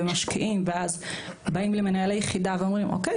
משקיעים ובאים למנהל היחידה ואומרים: אוקיי,